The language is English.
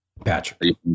Patrick